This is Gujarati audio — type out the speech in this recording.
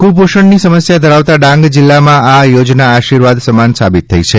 કુપોષણની સમસ્યા ધરાવતાં ડાંગ જીલ્લામાં આ યોજના આશીર્વાદ સમાન સાબીત થઈ છે